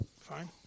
Fine